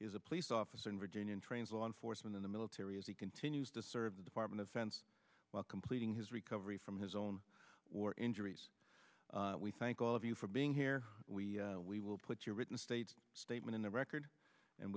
is a police officer in virginia and trains law enforcement in the military as he continues to serve the department of defense while completing his recovery from his own war injuries we thank all of you for being here we we will put your written state's statement in the record and